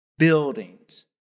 Buildings